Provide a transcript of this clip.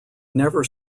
never